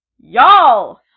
Y'all